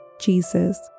Jesus